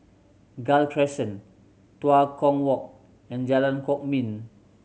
Gul Crescent Tua Kong Walk and Jalan Kwok Min